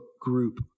group